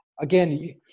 again